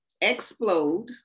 explode